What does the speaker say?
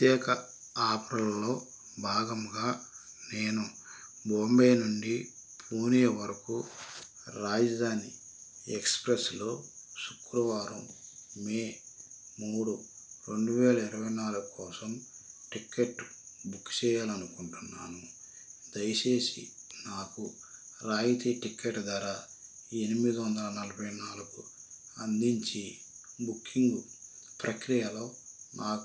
ప్రత్యేక ఆఫర్లో భాగముగా నేను బాంబే నుండి పూణే వరకు రాజధాని ఎక్స్ప్రెస్లో శుక్రవారం మే మూడు రెండు వేల ఇరవై నాలుగు కోసం టికెట్ బుక్ చెయ్యాలనుకుంటున్నాను దయచేసి నాకు రాయితీ టికెట్ ధర ఎనిమిది వందల నలభై నాలుగు అందించి బుకింగ్ ప్రక్రియలో నాకు